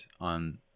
on